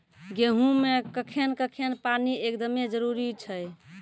गेहूँ मे कखेन कखेन पानी एकदमें जरुरी छैय?